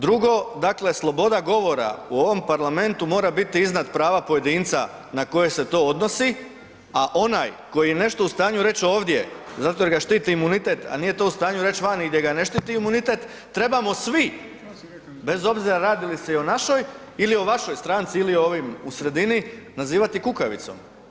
Drugo, dakle sloboda govora u ovom Parlamentu mora biti iznad prava pojedinca na koje se to odnosi a onaj koji je nešto u stanju reći ovdje zato jer ga štiti imunitet a nije to u stanju vani gdje ga ne štiti imunitet, trebamo svi, bez obzira radi li se i o našoj ili o vašoj stranci ili o ovim u sredini nazivati kukavicom.